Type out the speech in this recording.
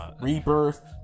Rebirth